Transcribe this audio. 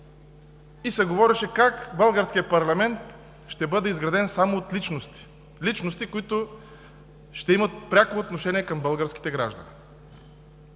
и се говореше как българският парламент ще бъде изграден само от личности, които ще имат пряко отношение към българските граждани.